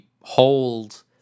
hold